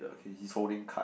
okay he's holding card